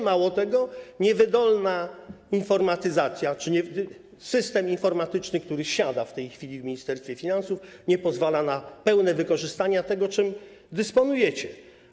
Mało tego, niewydolna informatyzacja czy system informatyczny, który siada w tej chwili w Ministerstwie Finansów, nie pozwala na pełne wykorzystanie tego, czym dysponujecie.